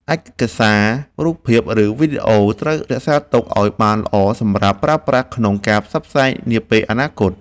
ឯកសាររូបភាព ឬ វីដេអូត្រូវរក្សាទុកឱ្យបានល្អសម្រាប់ប្រើប្រាស់ក្នុងការផ្សព្វផ្សាយនាពេលអនាគត។